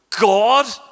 God